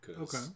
Okay